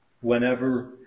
whenever